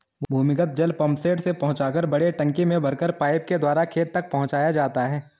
भूमिगत जल पम्पसेट से पहुँचाकर बड़े टंकी में भरकर पाइप के द्वारा खेत तक पहुँचाया जाता है